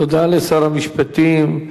תודה לשר המשפטים.